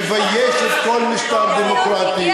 שמביישת כל משטר דמוקרטי, איזה יופי.